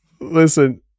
Listen